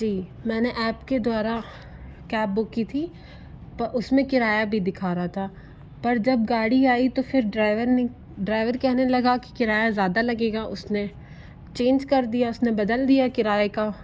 जी मैंने ऐप के द्वारा कैब बुक की थी तो उस में किराया भी दिखा रहा था पर जब गाड़ी आई तो फिर ड्राईवर ने ड्राईवर कहने लगा कि किराया ज़्यादा लगेगा उस ने चेंज कर दिया उस ने बदल दिया किराए का